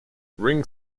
ring